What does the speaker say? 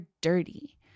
dirty